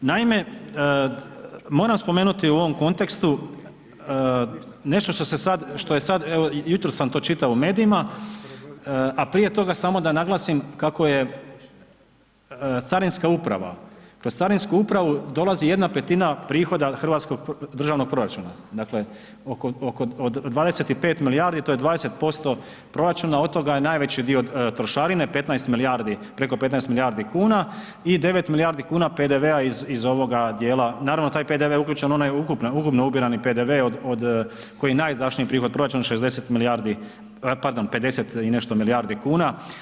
Naime, moram spomenuti u ovom kontekstu nešto što je sad, evo jutro sam to čitao i medijima, a prije toga samo da naglasim kako je carinska uprava, kroz carinsku upravu dolazi 1/5 prihoda od hrvatskog državnog proračuna, dakle od 25 milijarde, to je 20% proračuna, od toga je najveći dio trošarine preko 15 milijardi kuna i 9 milijardi kuna PDV-a iz ovoga dijela, naravno taj PDV je uključen onaj, ukupno ubirani PDV od koji je najznačajniji prihod proračuna 60 milijardi, pardon 50 i nešto milijardi kuna.